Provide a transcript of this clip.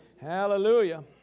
Hallelujah